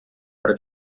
при